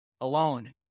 alone